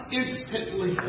instantly